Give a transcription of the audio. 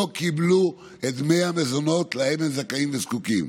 לא קיבלו את דמי המזונות אשר להם הם זכאים וזקוקים.